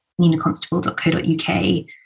ninaconstable.co.uk